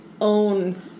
own